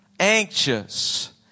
anxious